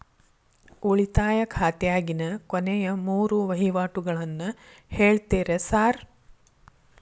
ಉಳಿತಾಯ ಖಾತ್ಯಾಗಿನ ಕೊನೆಯ ಮೂರು ವಹಿವಾಟುಗಳನ್ನ ಹೇಳ್ತೇರ ಸಾರ್?